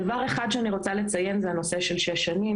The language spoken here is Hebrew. דבר אחד שאני רוצה לציין זה הנושא של שש שנים